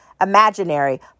imaginary